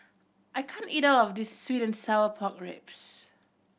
I can't eat all of this sweet and sour pork ribs